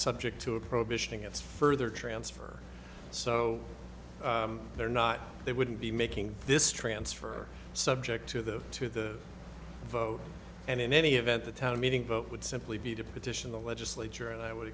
subject to a prohibition against further transfer so they're not they wouldn't be making this transfer subject to the to the vote and in any event the town meeting vote would simply be to petition the legislature and i would